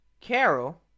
Carol